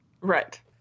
Right